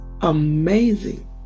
amazing